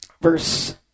verse